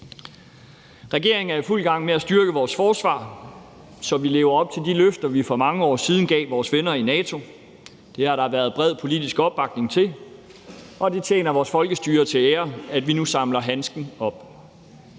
Regeringen er i fuld gang med at styrke vores forsvar, så vi lever op til de løfter, vi for mange år siden gav vores venner i NATO. Det har der været bred politisk opbakning til, og det tjener vores folkestyre til ære, at vi nu samler handsken op.